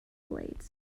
blades